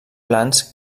plans